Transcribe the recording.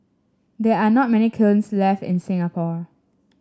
there are not many kilns left in Singapore